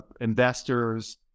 investors